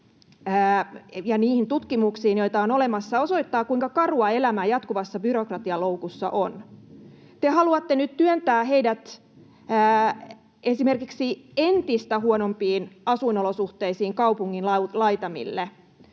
ja niihin tutkimuksiin, joita on olemassa, osoittaa, kuinka karua elämä jatkuvassa byrokratialoukussa on. Te haluatte nyt työntää heidät esimerkiksi entistä huonompiin asuinolosuhteisiin kaupungin laitamille.